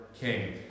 king